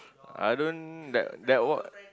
I don't that that what